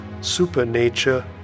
supernature